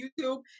YouTube